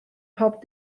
pob